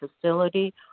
facility